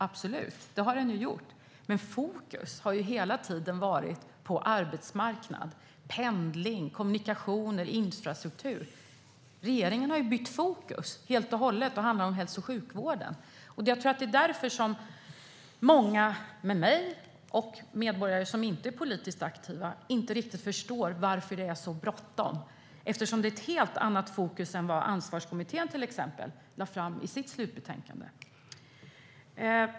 Absolut, men fokus har helat tiden legat på arbetsmarknad, pendling, kommunikationer och infrastruktur. Regeringen har helt och hållet bytt fokus. Nu handlar det om hälso och sjukvården. Jag tror att många med mig, och medborgare som inte är politiskt aktiva, inte riktigt förstår varför det är så bråttom. Det är ju ett helt annat fokus än vad Ansvarskommittén till exempel hade i sitt slutbetänkande.